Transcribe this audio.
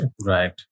right